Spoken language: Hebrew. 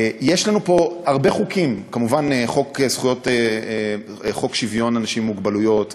יש לנו פה הרבה חוקים: כמובן חוק שוויון אנשים עם מוגבלות,